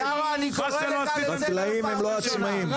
אחרי שלא עשיתם כלום ------ אביר,